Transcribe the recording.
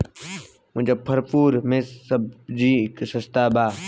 मुजफ्फरपुर में सबजी सस्ता बा